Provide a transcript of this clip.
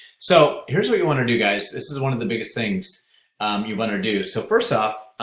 so here's what you want to do guys. this is one of the biggest things you want to do. so first off,